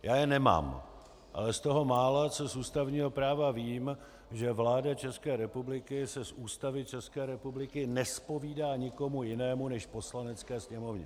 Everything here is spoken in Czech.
Já je nemám, ale z toho mála, co z ústavního práva vím, že vláda České republiky se z Ústavy České republiky nezpovídá nikomu jinému než Poslanecké sněmovně.